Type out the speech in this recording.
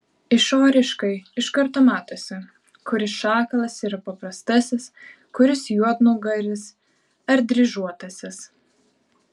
išoriškai iš karto matosi kuris šakalas yra paprastasis kuris juodnugaris ar dryžuotasis